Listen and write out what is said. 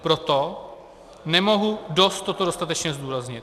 Proto nemohu dost toto dostatečně zdůraznit.